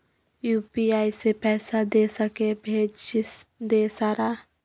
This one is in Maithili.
यु.पी.आई से पैसा दे सके भेज दे सारा?